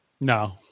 No